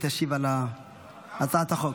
והיא תשיב על הצעת החוק.